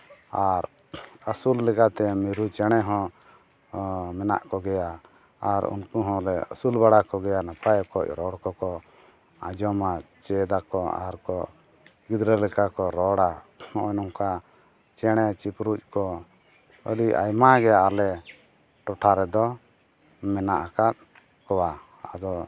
ᱟᱨ ᱟᱹᱥᱩᱞ ᱞᱮᱠᱟᱛᱮ ᱢᱤᱨᱩ ᱪᱮᱬᱮ ᱦᱚᱸ ᱢᱮᱱᱟᱜ ᱠᱚᱜᱮᱭᱟ ᱟᱨ ᱩᱱᱠᱩ ᱦᱚᱸ ᱞᱮ ᱟᱹᱥᱩᱞ ᱵᱟᱲᱟ ᱠᱚᱜᱮᱭᱟ ᱱᱟᱯᱟᱭ ᱚᱠᱚᱡ ᱨᱚᱲ ᱠᱚ ᱠᱚ ᱟᱸᱡᱚᱢᱟ ᱪᱮᱫᱟ ᱠᱚ ᱟᱨ ᱠᱚ ᱜᱤᱫᱽᱨᱟᱹ ᱞᱮᱠᱟ ᱠᱚ ᱨᱚᱲᱟ ᱱᱚᱜᱼᱚᱸᱭ ᱱᱚᱝᱠᱟ ᱪᱮᱬᱮ ᱪᱤᱯᱨᱩᱫ ᱠᱚ ᱟᱹᱰᱤ ᱟᱭᱢᱟ ᱜᱮ ᱟᱞᱮ ᱴᱚᱴᱷᱟ ᱨᱮᱫᱚ ᱢᱮᱱᱟᱜ ᱟᱠᱟᱫ ᱠᱚᱣᱟ ᱟᱫᱚ